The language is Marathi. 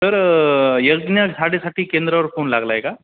सर यज्ञ साडेसाती केंद्रावर फोन लागला आहे का